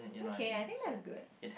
okay I think that's good